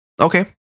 Okay